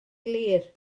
glir